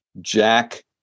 Jack